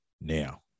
now